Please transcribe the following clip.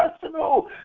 personal